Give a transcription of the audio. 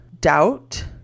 doubt